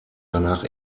danach